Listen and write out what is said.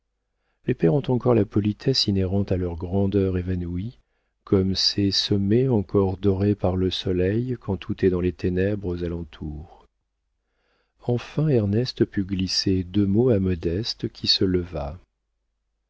les pères ont encore la politesse inhérente à leur grandeur évanouie comme ces sommets encore dorés par le soleil quand tout est dans les ténèbres à l'entour enfin ernest put glisser deux mots à modeste qui se leva